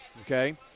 okay